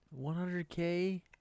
100k